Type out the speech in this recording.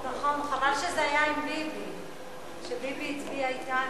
נכון, חבל שזה היה עם ביבי, שביבי הצביע אתנו.